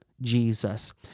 Jesus